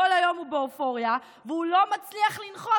כל היום הוא באופוריה והוא לא מצליח לנחות.